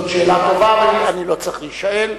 זאת שאלה טובה, ואני לא צריך להישאל.